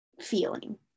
feeling